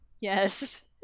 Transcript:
yes